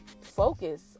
focus